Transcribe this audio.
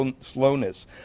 slowness